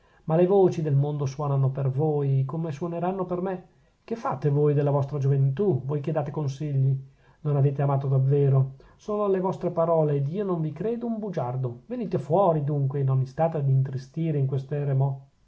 ma le voci del mondo suonano per voi come suoneranno per me che fate voi della vostra gioventù voi che date consigli non avete amato davvero sono le vostre parole ed io non vi credo un bugiardo venite fuori dunque e non istate ad intristire in